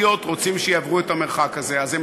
רוצים שיעברו את המרחק הזה ב-40 שניות.